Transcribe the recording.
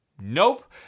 Nope